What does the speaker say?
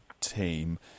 team